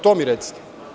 To mi recite.